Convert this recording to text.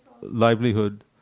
livelihood